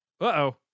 Uh-oh